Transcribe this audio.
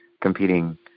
competing